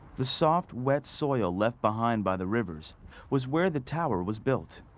the soft wet soil left behind by the rivers was where the tower was built.